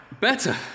Better